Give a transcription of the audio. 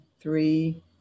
three